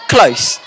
Close